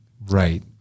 Right